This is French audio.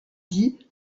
dit